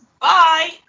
Bye